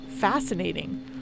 fascinating